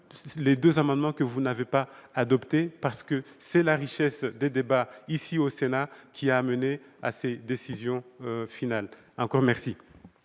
les deux amendements que vous n'avez pas adoptés, parce que c'est la richesse des débats au Sénat qui a mené à cette décision finale. Personne ne